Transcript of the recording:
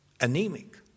anemic